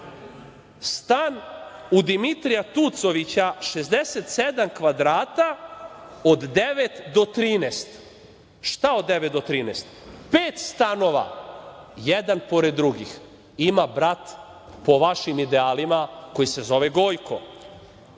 Stan u Dimitrija Tucovića 67 kvadrata, od devet do 13. Šta od devet do 13? Pet stanova jedan pored drugih ima brat, po vašim idealima, koji se zove Gojko.